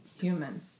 human